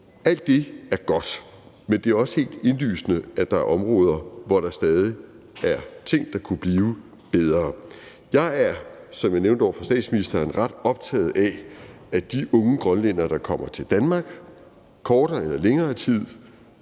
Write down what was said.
Alt det er godt, men det er også helt indlysende, at der er områder, hvor der stadig er ting, der kunne blive bedre. Jeg er, som jeg nævnte over for statsministeren, ret optaget af, at de unge grønlændere, der kommer til Danmark i kortere eller længere tid,